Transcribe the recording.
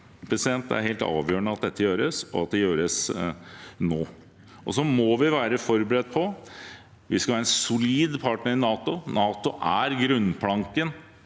Det er helt avgjørende at dette gjøres, og at det gjøres nå. Vi må være forberedt på at vi skal være en solid partner i NATO. NATO er grunnplanken